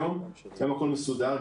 היום הכול מסודר,